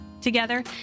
Together